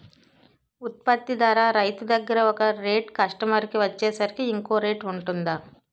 ఉత్పత్తి ధర రైతు దగ్గర ఒక రేట్ కస్టమర్ కి వచ్చేసరికి ఇంకో రేట్ వుంటుందా?